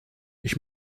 ich